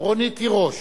רונית תירוש